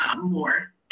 more